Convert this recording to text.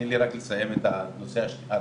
אני רוצה לסיים את הנושא הרביעי,